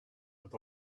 with